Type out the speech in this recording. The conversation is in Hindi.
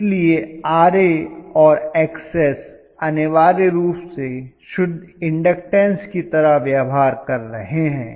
इसलिए Ra और Xs अनिवार्य रूप से शुद्ध इन्डक्टन्स की तरह व्यवहार कर रहे हैं